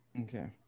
okay